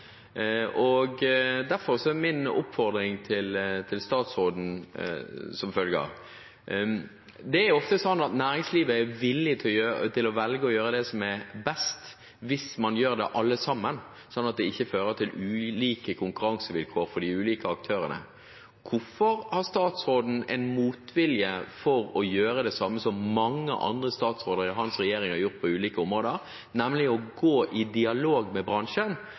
Derfor er min oppfordring til statsråden som følger: Det er ofte slik at næringslivet er villig til å gjøre det som er best, hvis alle sammen gjør det, slik at det ikke fører til ulike konkurransevilkår for de ulike aktørene. Hvorfor har statsråden en motvilje mot å gjøre det samme som mange andre statsråder i hans regjering har gjort på ulike områder, nemlig å gå i dialog med bransjen